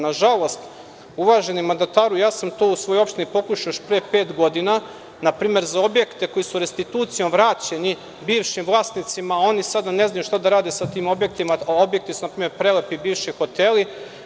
Nažalost, uvaženi mandataru, ja sam to u svojoj opštini pokušao još pre pet godina, na primer za objekte koji su restitucijom vraćeni bivšim vlasnicima oni sada ne znaju šta da rade sa tim objektima, a objekti su npr. prelepi bivši hoteli.